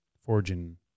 forging